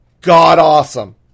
god-awesome